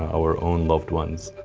our own loved ones.